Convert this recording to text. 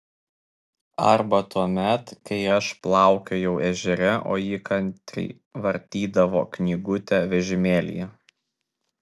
arba tuomet kai aš plaukiojau ežere o ji kantriai vartydavo knygutę vežimėlyje